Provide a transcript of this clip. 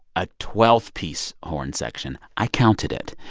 a twelve piece horn section i counted it.